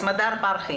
סמדר פרחי